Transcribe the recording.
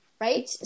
Right